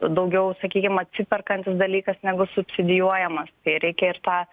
daugiau sakykim atsiperkantis dalykas negu subsidijuojamas tai reikia ir tą